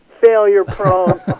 failure-prone